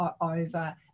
over